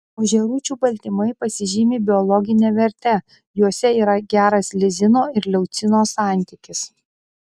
ožiarūčių baltymai pasižymi biologine verte juose yra geras lizino ir leucino santykis